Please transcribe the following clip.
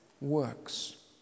works